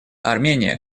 армения